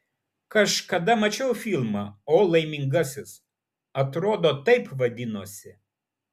kažkada mačiau filmą o laimingasis atrodo taip vadinosi